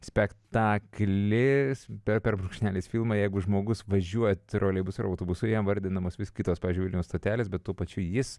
spektaklis bet per brūkšnelis filmą jeigu žmogus važiuoja troleibusu autobusu jam vardinamos vis kitos pavyzdžiui vilniaus stotelės bet tuo pačiu jis